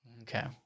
Okay